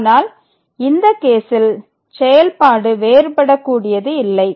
ஆனால் இந்த case ல் செயல்பாடு வேறுபடக்கூடியது இல்லை